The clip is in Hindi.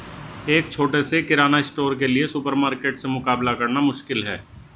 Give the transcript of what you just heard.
एक छोटे से किराना स्टोर के लिए सुपरमार्केट से मुकाबला करना मुश्किल है